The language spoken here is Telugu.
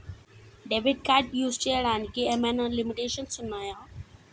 డెబిట్ కార్డ్ యూస్ చేయడానికి ఏమైనా లిమిటేషన్స్ ఉన్నాయా?